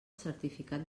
certificat